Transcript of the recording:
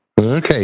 Okay